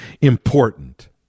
important